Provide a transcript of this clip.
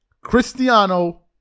Cristiano